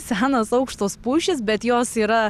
senos aukštos pušys bet jos yra